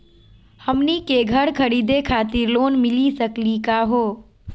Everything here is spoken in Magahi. हमनी के घर खरीदै खातिर लोन मिली सकली का हो?